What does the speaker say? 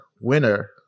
winner